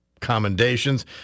commendations